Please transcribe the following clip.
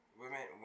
women